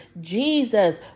Jesus